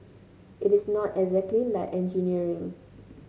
it is not exactly like engineering